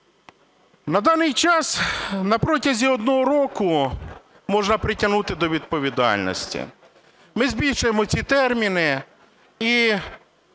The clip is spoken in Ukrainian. На даний час на протязі одного року можна притягнути до відповідальності. Ми збільшуємо ці терміни.